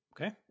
Okay